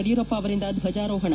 ಯಡಿಯೂರಪ್ಪ ಅವರಿಂದ ಧ್ವಜಾರೋಹಣ